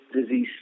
disease